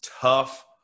tough